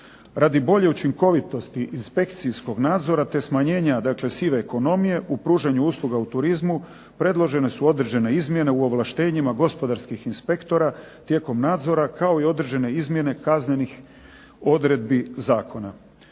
Radi bolje učinkovitosti inspekcijskog nadzora te smanjenja dakle sive ekonomije u pružanju usluga u turizmu predložene su određene izmjene u ovlaštenjima gospodarskih inspektora tijekom nadzora, kao i određene izmjene kaznenih odredbi zakona.